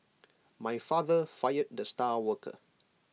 my father fired the star worker